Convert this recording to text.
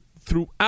throughout